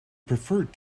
preferred